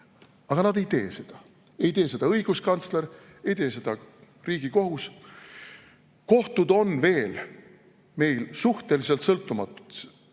Aga nad ei tee seda. Ei tee seda õiguskantsler, ei tee seda Riigikohus. Kohtud on veel meil suhteliselt sõltumatud,